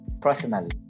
personally